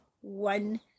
one